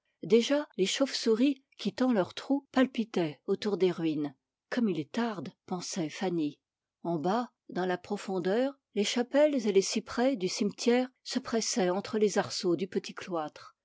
déjà les chauves-souris quittant leurs trous palpitaient autour des ruines comme il tarde pensait fanny en bas dans la profondeur les chapelles et les cyprès du cimetière se pressaient entre les arceaux du petit cloître